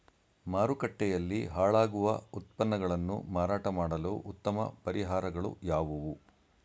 ಮಾರುಕಟ್ಟೆಯಲ್ಲಿ ಹಾಳಾಗುವ ಉತ್ಪನ್ನಗಳನ್ನು ಮಾರಾಟ ಮಾಡಲು ಉತ್ತಮ ಪರಿಹಾರಗಳು ಯಾವುವು?